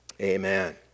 Amen